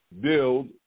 build